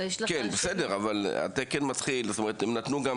אבל יש לך --- בסדר,